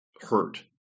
hurt